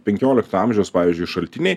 penkiolikto amžiaus pavyzdžiui šaltiniai